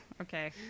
okay